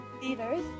theaters